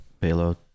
payload